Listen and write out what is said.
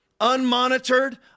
unmonitored